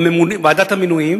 ועדת המינויים,